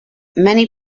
many